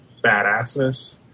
badassness